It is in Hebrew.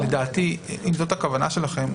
אם זאת הכוונה שלכם,